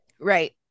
Right